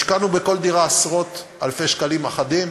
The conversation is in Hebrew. השקענו בכל דירה עשרות-אלפי שקלים אחדים,